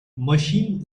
machine